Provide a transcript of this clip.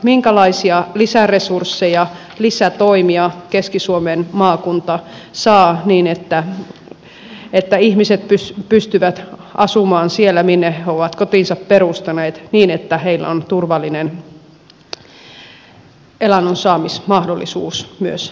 minkälaisia lisäresursseja ja lisätoimia keski suomen maakunta saa niin että ihmiset pystyvät asumaan siellä minne ovat kotinsa perustaneet ja heillä on turvallinen elannonsaamismahdollisuus jatkossakin